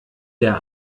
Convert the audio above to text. der